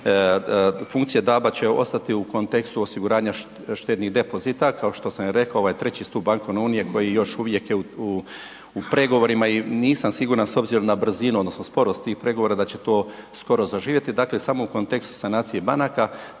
funkcije DAB-a će ostati u kontekstu osiguranja štednih depozita kao što sam i rekao, ovo je treći stup bankovne unije koji još uvijek je u pregovorima i nisam siguran s obzirom na brzinu odnosno sporost tih pregovora da će to skoro zaživjeti. Dakle samo u kontekstu sanacije banaka